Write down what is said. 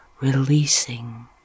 releasing